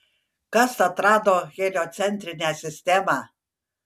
kas atrado heliocentrinę sistemą